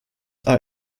are